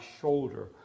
shoulder